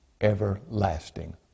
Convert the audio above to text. everlasting